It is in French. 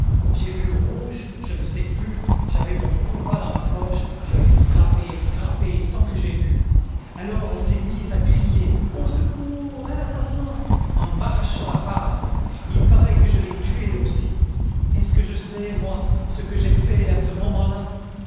j'ai vu rouge je ne sais plus j'avais mon compas dans ma poche je l'ai frappé frappé tant que j'ai pu alors elle s'est mise à crier au secours à l'assassin en m'arrachant la barbe il paraît que je l'ai tuée aussi est-ce que je sais moi ce que j'ai fait à ce moment-là